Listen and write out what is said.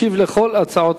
ישיב על כל ההצעות